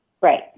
Right